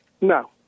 No